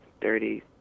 dirty